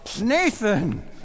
Nathan